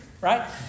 right